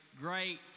great